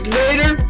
later